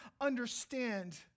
understand